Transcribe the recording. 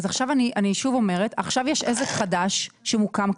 עכשיו אני שוב אומרת שיש עסק חדש שמוקם,